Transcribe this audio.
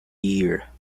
year